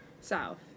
South